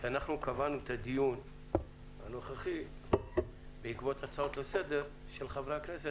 ואנחנו קבענו את הדיון הנוכחי בעקבות הצעות לסדר של חברי הכנסת,